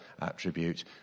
attribute